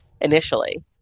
initially